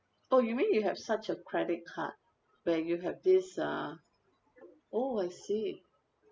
oh you mean you have such a credit card where you have these ah oh I see